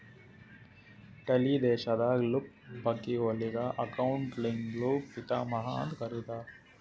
Italy ದೇಶದಾಗ್ Luca ಪಕಿಒಲಿಗ ಅಕೌಂಟಿಂಗ್ದು ಪಿತಾಮಹಾ ಅಂತ್ ಕರಿತ್ತಾರ್